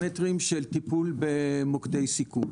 טיפול במוקדי סיכון,